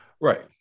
Right